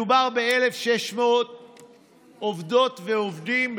מדובר ב-1,600 עובדות ועובדים,